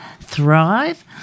Thrive